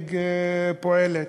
המנהיג פועלת,